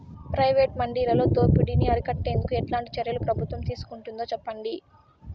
Private మండీలలో దోపిడీ ని అరికట్టేందుకు ఎట్లాంటి చర్యలు ప్రభుత్వం తీసుకుంటుందో చెప్పండి?